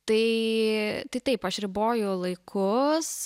tai tai taip aš riboju laikus